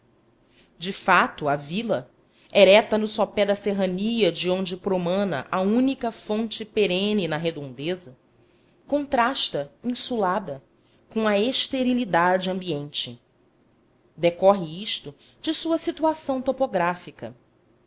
de fato a vila erecta no sopé da serrania de onde promana a única fonte perene da redondeza contrasta insulada com a esterilidade ambiente decorre isto de sua situação topográfica